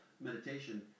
meditation